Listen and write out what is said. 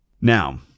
Now